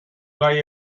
gai